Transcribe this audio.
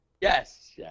yes